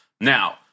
now